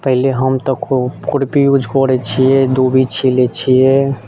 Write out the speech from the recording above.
पहिले हम तऽ खुरपी यूज करै छियै दूबी छिलै छियै